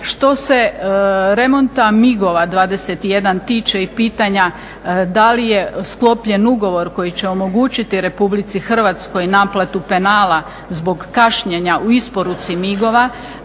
Što se remonta MIG-ova 21 tiče i pitanja da li je sklopljen ugovor koji će omogućiti Republici Hrvatskoj naplatu penala zbog kašnjenja u isporuci MIG-ova